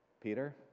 Peter